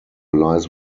lies